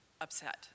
upset